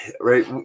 right